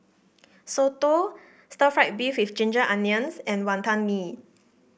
Soto Stir Fried Beef with Ginger Onions and Wonton Mee